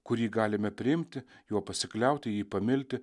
kurį galime priimti juo pasikliauti jį pamilti